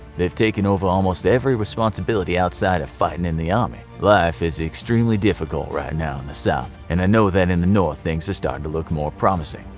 they have taken over almost every responsibility outside of fighting in the army. life is extremely difficult right now in the south and i know in the north things are starting to look more promising.